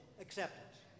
acceptance